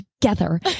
together